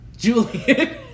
Julian